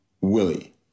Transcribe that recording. Willie